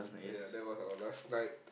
ya that was our last night